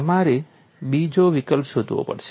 તમારે બીજો વિકલ્પ શોધવો પડશે